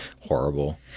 horrible